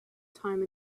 time